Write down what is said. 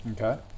Okay